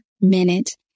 minute